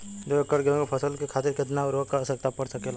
दो एकड़ गेहूँ के फसल के खातीर कितना उर्वरक क आवश्यकता पड़ सकेल?